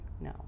no